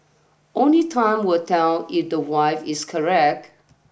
only time will tell if the wife is correct